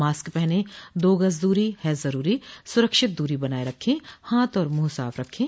mask पहनें दो गज दूरी है जरूरी सुरक्षित दूरी बनाए रखें हाथ और मुंह साफ रखें